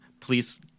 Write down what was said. Please